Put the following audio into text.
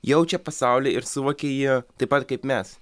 jaučia pasaulį ir suvokia jį taip pat kaip mes